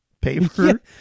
paper